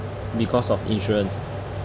because of insurance